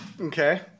Okay